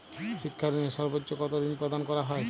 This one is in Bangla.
শিক্ষা ঋণে সর্বোচ্চ কতো ঋণ প্রদান করা হয়?